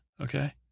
okay